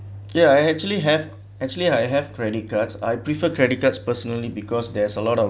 ya I actually have actually I have credit cards I prefer credit cards personally because there's a lot of